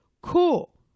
cool